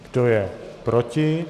Kdo je proti?